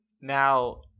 Now